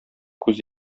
күз